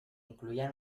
incluía